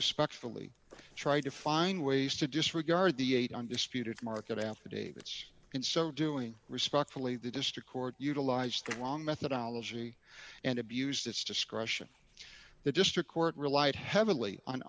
respectfully tried to find ways to disregard the eight undisputed market affidavits in so doing respect fully the district court utilized the wrong methodology and abused its discretion the district court relied heavily on